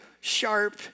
sharp